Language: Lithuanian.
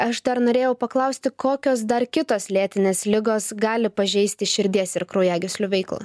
aš dar norėjau paklausti kokios dar kitos lėtinės ligos gali pažeisti širdies ir kraujagyslių veiklą